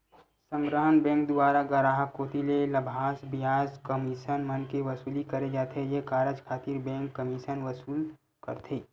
संग्रहन बेंक दुवारा गराहक कोती ले लाभांस, बियाज, कमीसन मन के वसूली करे जाथे ये कारज खातिर बेंक कमीसन वसूल करथे